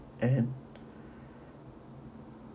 and